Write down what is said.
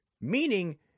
meaning